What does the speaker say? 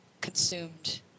consumed